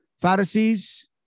Pharisees